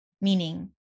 Meaning